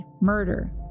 murder